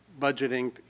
budgeting